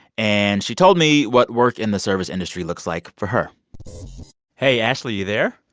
and she told me what work in the service industry looks like for her hey, ashley. you there?